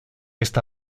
esta